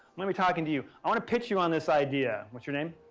let me talk in to you. i want to pitch you on this idea. what's your name?